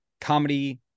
comedy